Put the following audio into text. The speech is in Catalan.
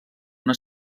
una